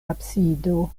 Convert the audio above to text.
absido